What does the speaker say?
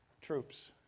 troops